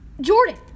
jordan